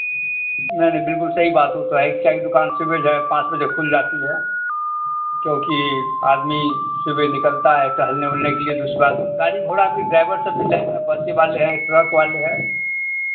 नहीं नहीं बिल्कुल सही बात है वो तो है चाय की दुकान सुबह जो है पाँच बजे खुल जाती है क्योंकि आदमी सुबह निकलता है टहलने वहलने के लिए दूसरी बात गाड़ी घोड़ा भी ड्राइवर सब भी है बसे वाले हैं ट्रक वाले हैं